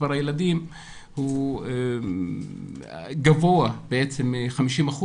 הוא גבוה מ-50%.